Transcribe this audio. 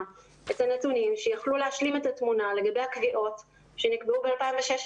את הנתונים שיוכלו להשלים את התמונה לגבי הקביעות שנקבעו ב-2016,